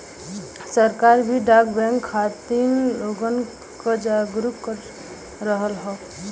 सरकार भी डाक बैंक खातिर लोगन क जागरूक कर रहल हौ